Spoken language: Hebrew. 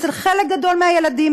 אצל חלק גדול מהילדים,